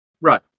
Right